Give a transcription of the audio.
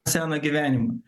seną gyvenimą